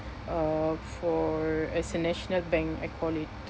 uh for as a national bank I call it